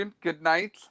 goodnight